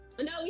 No